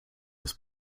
ist